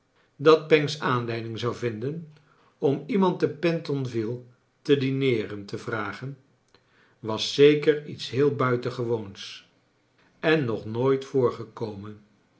dat pancks aanleiding zou vinden om iemand te pentonville te dineeren te vragen was zeker iets heel buitengewoons en nog nooit